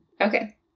Okay